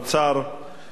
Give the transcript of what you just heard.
אין ספק,